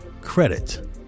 credit